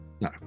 No